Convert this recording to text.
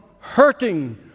hurting